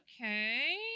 Okay